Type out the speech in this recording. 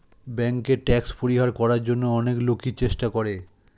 ব্যাংকে ট্যাক্স পরিহার করার জন্য অনেক লোকই চেষ্টা করে